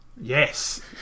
Yes